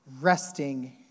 resting